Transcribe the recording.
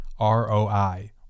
ROI